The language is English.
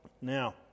Now